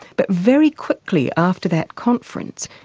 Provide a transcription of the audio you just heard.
but very quickly after that conference,